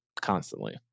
constantly